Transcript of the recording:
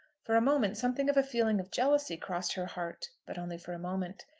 for a moment something of a feeling of jealousy crossed her heart but only for a moment.